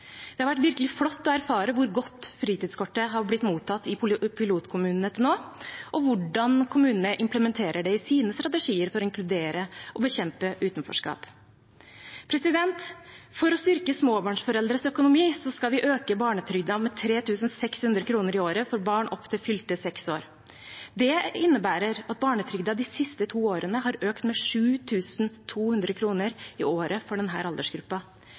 Det har vært virkelig flott å erfare hvor godt fritidskortet har blitt mottatt i pilotkommunene til nå, og hvordan kommunene implementerer det i sine strategier for inkludering og å bekjempe utenforskap. For å styrke småbarnsforeldres økonomi skal vi øke barnetrygden med 3 600 kr i året for barn opp til fylte seks år. Det innebærer at barnetrygden de siste to årene har økt med 7 200 kr i året for